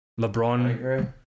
LeBron